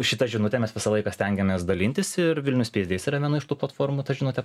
šita žinute mes visą laiką stengiamės dalintis ir vilnius space days yra viena iš tų platformų ta žinute